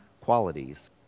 qualities